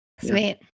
Sweet